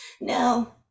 no